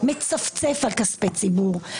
מצפצף על כספי ציבור,